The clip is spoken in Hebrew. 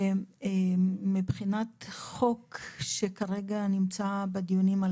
מבחינת החוק שכרגע נמצא בדיונים,